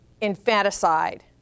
infanticide